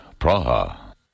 Praha